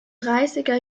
dreißiger